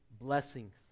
blessings